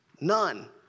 None